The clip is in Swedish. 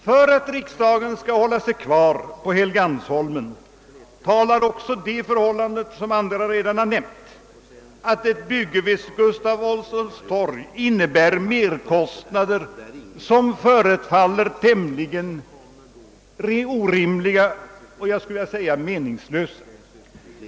För att riksdagen skall hålla sig kvar på Helgeandsholmen talar också det förhållandet — vilket redan framhållits av andra talare — att ett bygge vid Gustav Adolfs torg medför merkostnader, som förefaller tämligen orimliga och t.o.m. meningslösa.